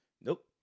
Nope